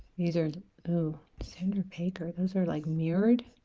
these are oh sandra baker those are like mirrored